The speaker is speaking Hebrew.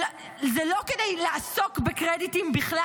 זה לא כדי לעסוק בקרדיטים בכלל,